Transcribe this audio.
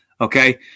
Okay